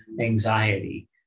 anxiety